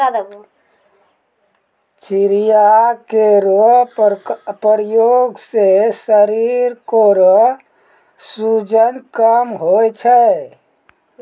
चिंचिड़ा केरो प्रयोग सें शरीर केरो सूजन कम होय छै